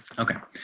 okay,